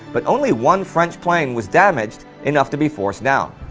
but only one french plane was damaged enough to be forced down.